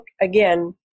again